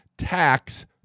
tax